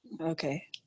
Okay